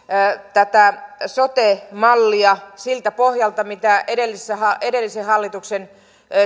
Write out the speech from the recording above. tätä sote mallia siltä pohjalta mitä edellisen hallituksen